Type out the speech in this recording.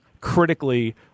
critically